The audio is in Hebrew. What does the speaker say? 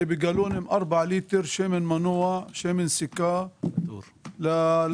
4 ליטר שמן מנוע, שמן סיכה לרכבים.